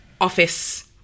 office